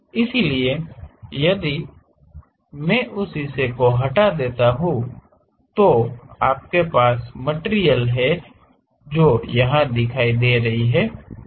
इसलिए यदि मैं उस हिस्से को हटा देता हूं तो आपके पास मटिरियल है जो यहां दिखाई दे रही है